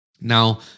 Now